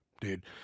dude